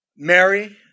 Mary